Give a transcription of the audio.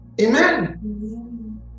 Amen